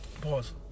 pause